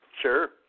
Sure